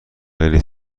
خیلی